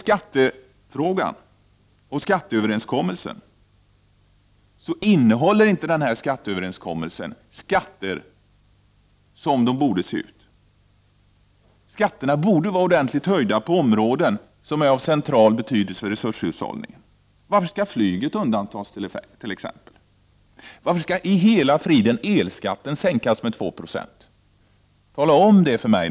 Den skatteöverenskommelse som vi nu diskuterar innehåller inte skatter så som de borde se ut. Skatterna borde vara ordentligt höjda på områden som är av central betydelse för resurshushållning. Varför skall t.ex. flyget undantas?. Varför i hela friden skall elskatten sänkas med 2 96? Tala om det för mig!